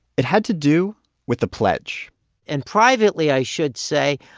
it had to do with a pledge and privately, i should say,